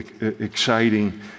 exciting